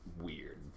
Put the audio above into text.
weird